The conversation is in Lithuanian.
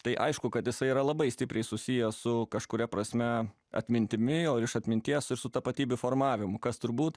tai aišku kad jisai yra labai stipriai susijęs su kažkuria prasme atmintimi o iš atminties ir su tapatybių formavimu kas turbūt